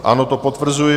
Ano, to potvrzuji.